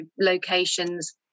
locations